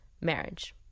marriage